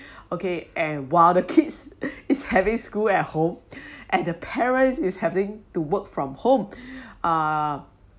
okay and while the kids is having school at home and the parents is having to work from home